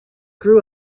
grew